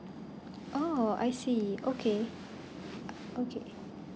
oh I see okay okay